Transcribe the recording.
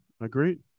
agreed